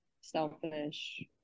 selfish